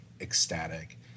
ecstatic